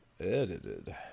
edited